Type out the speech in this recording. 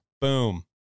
Boom